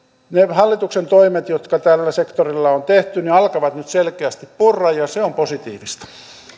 hallituksen toimet jotka tällä sektorilla on tehty alkavat selkeästi purra ja se on positiivista